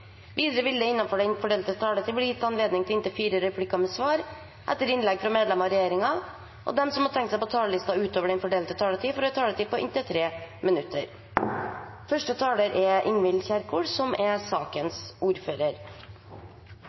Videre vil det – innenfor den fordelte taletid – bli gitt anledning til inntil fire replikker med svar etter innlegg fra medlemmer av regjeringen, og de som måtte tegne seg på talerlisten utover den fordelte taletid, får også en taletid på inntil 3 minutter. Vi behandler en proposisjon som